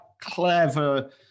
clever